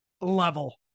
level